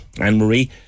Anne-Marie